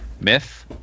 Myth